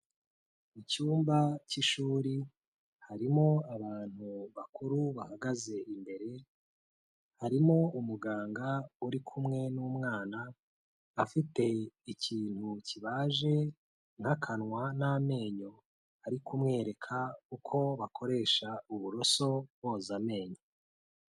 Mu cyumba cy'ishuri harimo abantu bakuru bahagaze imbere, harimo umuganga uri kumwe n'umwana, afite ikintu kibaje n'akanwa n'amenyo ari kumwereka uko bakoresha uburoso boza amenyo.